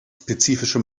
spezifische